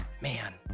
man